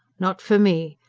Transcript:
not for me.